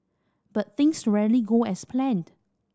but things rarely go as planned